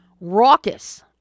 raucous